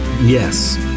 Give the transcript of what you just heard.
Yes